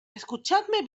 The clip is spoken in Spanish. escuchadme